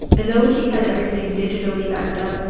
and though he had everything digitally backed up,